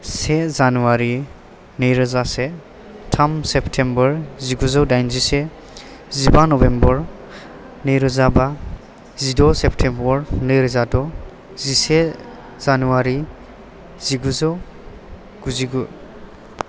से जानुवारि नै रोजा से थाम सेप्तेम्बर जिगुजौ दाइन जिसे जिबा नभेम्बर नै रोजा बा जिद' सेप्तेम्बर नै रोजा द' जिसे जानुवारि जिगुजौ गुजिगु